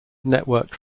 network